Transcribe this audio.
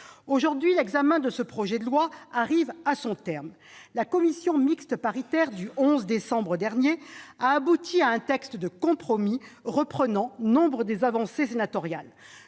Aujourd'hui, l'examen de ce projet de loi arrive à son terme. La commission mixte paritaire du 11 décembre dernier a abouti à un texte de compromis reprenant nombre des avancées sénatoriales.